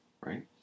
right